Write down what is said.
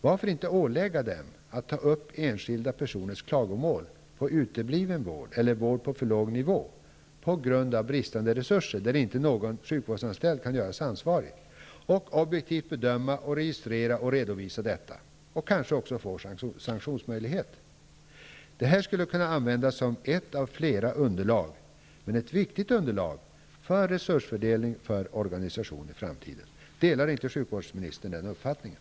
Varför inte ålägga socialstyrelsen att ta upp enskilda personers klagomål på utebliven vård eller vård på för låg nivå, på grund av bristande resurser, då någon sjukvårdsanställd inte kan göras ansvarig, och objektivt bedöma och registrera och redovisa detta och kanske också få sanktionsmöjlighet? Det här skulle kunna användas som ett av flera underlag -- men ett viktigt underlag -- för organisation och resursfördelning i framtiden. Delar inte sjukvårdsministern den uppfattningen?